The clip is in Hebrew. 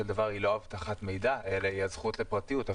דבר לא אבטחת מידע אלא היא הזכות לפרטיות.